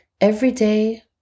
everyday